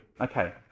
Okay